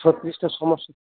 ছত্রিশটা সমস্যা